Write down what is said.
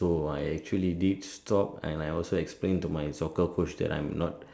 so I actually did stop and I also explain to my soccer Coach that I'm not